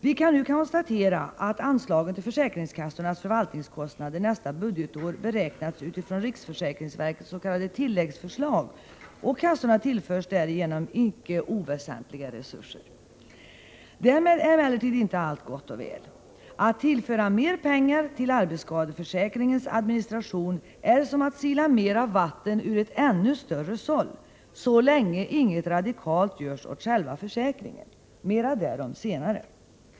Vi kan nu konstatera att anslagen till försäkringskassornas förvaltningskostnader nästa budgetår beräknats utifrån riksförsäkringsverkets s.k. tilläggsförslag, och kassorna tillförs därigenom icke oväsentliga resurser. 4 Därmed är emellertid inte allt gott och väl. Att tillföra mer pengar till arbetsskadeförsäkringens administration är som att sila mera vatten ur ett ännu större såll, så länge inget radikalt görs åt själva försäkringen. Mera därom senare.